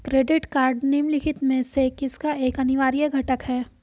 Credit card निम्नलिखित में से किसका एक अनिवार्य घटक है?